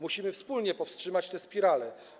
Musimy wspólnie powstrzymać tę spiralę.